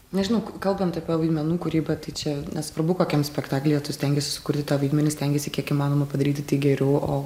nežinau kalbant apie vaidmenų kūrybą tai čia nesvarbu kokiam spektaklyje tu stengiesi sukurti tą vaidmenį stengiesi kiek įmanoma padaryti tai geriau o